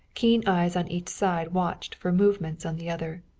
keen eyes on each side watched for movements on the other.